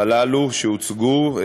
הללו שהוצגו,